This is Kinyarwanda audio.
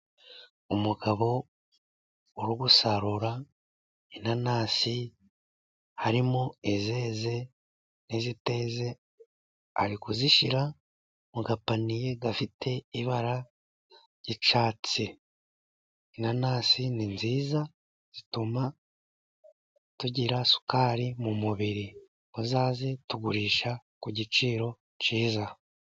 Umugabo uri gusarura inanasi harimo izeze niziteze ari kuzishyira mu gapaniye gafite ibara ry'icyatsi. Inanasi ni nziza zituma tugira isukari mu mubiri uzaze tugurisha ku giciro cyiza.